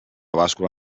bàscula